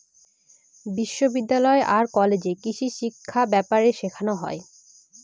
বিশ্ববিদ্যালয় আর কলেজে কৃষিশিক্ষা ব্যাপারে শেখানো হয়